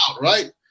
right